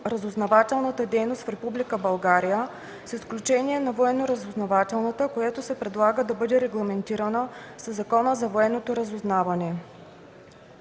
разузнавателната дейност в Република България с изключение на военноразузнавателната, която се предлага да бъде регламентирана със Закона за военното разузнаване.